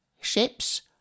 ships